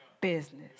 business